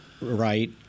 Right